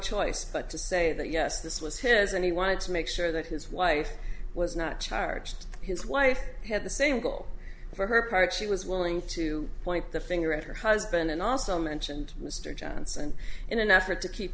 choice but to say that yes this was his and he wanted to make sure that his wife was not charged his wife had the same goal for her part she was willing to point the finger at her husband and also mentioned mr johnson in an effort to keep